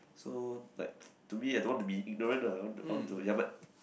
so like to me I don't want to be ignorant ah I want to I want to ya but